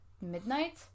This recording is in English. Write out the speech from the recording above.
midnight